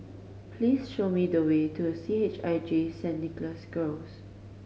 please show me the way to C H I J Saint Nicholas Girls